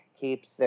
keeps